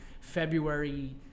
February